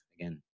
again